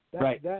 Right